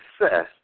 success